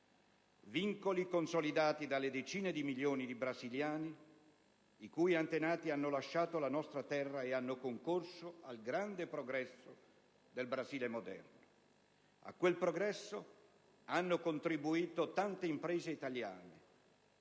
vincoli consolidati dalle decine di milioni di brasiliani i cui antenati hanno lasciato la nostra terra e hanno concorso al grande progresso del Brasile moderno. A quel progresso hanno contribuito tante imprese italiane;